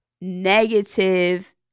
negative